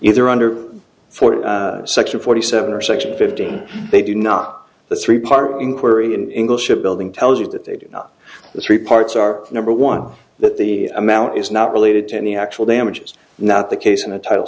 either under forty six or forty seven or section fifteen they do not the three part inquiry in english shipbuilding tells you that they do not the three parts are number one that the amount is not related to any actual damages not the case in a title